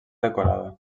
decorada